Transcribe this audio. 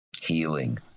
healing